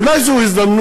אולי זאת הזדמנות,